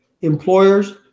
employers